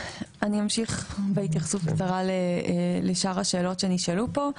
אני אמשיך בהתייחסות קצרה לשאר השאלות שנשאלו פה.